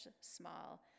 small